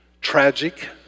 tragic